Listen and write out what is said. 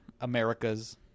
Americas